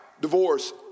divorce